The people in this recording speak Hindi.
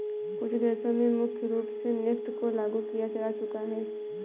कुछ देशों में मुख्य रूप से नेफ्ट को लागू किया जा चुका है